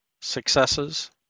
successes